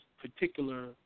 particular